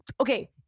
Okay